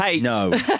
no